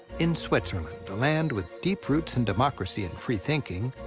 in switzerland, a land with deep roots in democracy and free thinking,